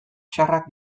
txarrak